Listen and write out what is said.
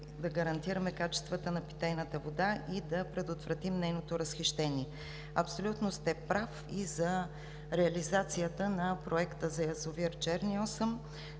да гарантираме качествата на питейната вода и да предотвратим нейното разхищение. Абсолютно сте прав и за реализацията на проекта за язовир „Черни